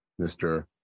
Mr